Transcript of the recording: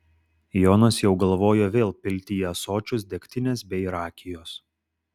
jonas jau galvojo vėl pilti į ąsočius degtinės bei rakijos